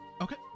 Okay